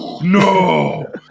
No